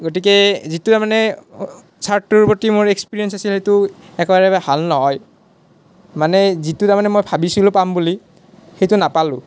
গতিকে যিটো তাৰমানে চাৰ্টটোৰ প্ৰতি মোৰ এক্সপিৰেঞ্চ আছিল সেইটো একেবাৰে ভাল নহয় মানে যিটো তাৰমানে মই ভাবিছিলোঁ পাম বুলি সেইটো নাপালোঁ